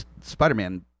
Spider-Man